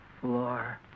floor